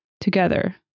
together